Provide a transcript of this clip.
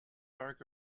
dark